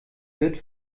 wird